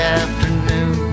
afternoon